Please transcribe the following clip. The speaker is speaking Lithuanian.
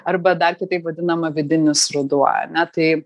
arba dar kitaip vadinama vidinis ruduo ane tai